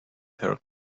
per